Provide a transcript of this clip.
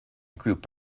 group